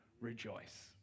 Rejoice